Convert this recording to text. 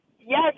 Yes